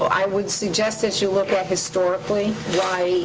i would suggest that you look at, historically, why